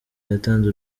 yatanze